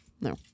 No